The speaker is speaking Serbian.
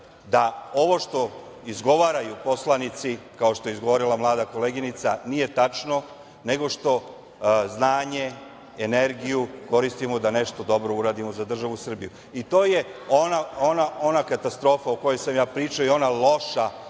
da ovo što izgovaraju poslanici, kao što je izgovorila mlada koleginica, nije tačno nego što znanje, energiju koristimo da nešto dobro uradimo za državu Srbiju. To je ona katastrofa o kojoj sam ja pričao i ona loša